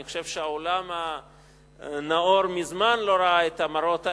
אני חושב שהעולם הנאור מזמן לא ראה את המראות האלה,